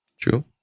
True